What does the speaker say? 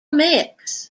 mix